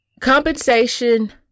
compensation